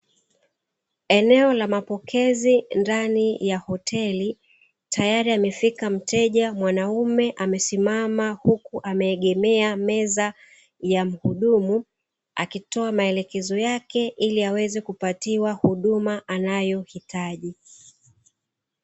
Eneo la mapokezi ndani ya hoteli, tayari amefika mteja mwanaume amesimama huku ameegemea meza ya mhudumu, akitoa maelekezo yake ili aweze kupatiwa huduma anayohitaji.